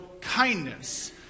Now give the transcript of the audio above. kindness